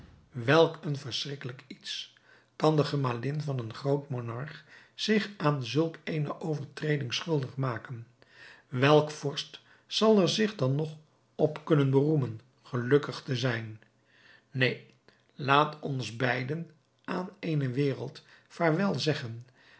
welk een verschrikkelijk iets kan de gemalin van een groot monarch zich aan zulk eene overtreding schuldig maken welk vorst zal er zich dan nog op kunnen beroemen gelukkig te zijn neen laat ons beiden aan eene wereld vaarwel zeggen